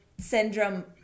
syndrome